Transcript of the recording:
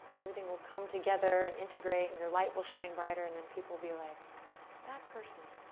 everything will come together and integrate and your light will shine brighter and and people will be like that person.